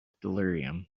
delirium